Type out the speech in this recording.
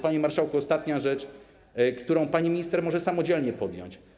Panie marszałku, ostatnia kwestia, którą pani minister może samodzielnie podjąć.